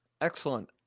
Excellent